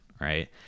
right